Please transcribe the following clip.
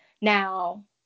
Now